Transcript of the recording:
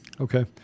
Okay